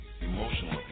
emotional